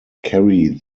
carry